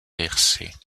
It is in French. versée